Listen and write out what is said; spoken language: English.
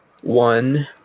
one